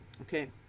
Okay